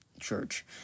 church